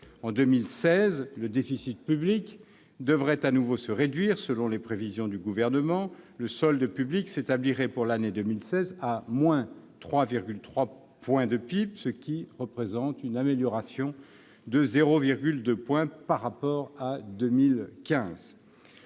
En 2016, le déficit public devrait de nouveau se réduire selon les prévisions du Gouvernement. Très bien ! Le solde public s'établirait à moins 3,3 points de PIB, ce qui représente une amélioration de 0,2 point par rapport à 2015.